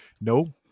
no